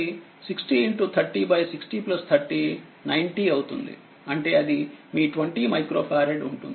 అంటేఅది మీ 20మైక్రో ఫారెడ్ఉంటుంది